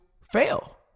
fail